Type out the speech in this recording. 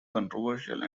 controversial